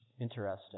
Interesting